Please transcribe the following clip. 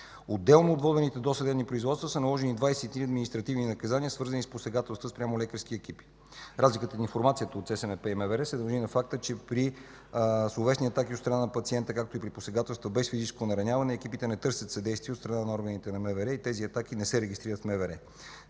Отделно от водените досъдебни производства са наложени 23 административни наказания, свързани с посегателства спрямо лекарски екипи. Разликата на информацията от ЦСМП и МВР се дължи на факта, че при словесни атаки от страна на пациенти, както и при посегателства без физическо нараняване, екипите не търсят съдействие от страна на органите на МВР и тези атаки не се регистрират в МВР.